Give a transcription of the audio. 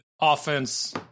offense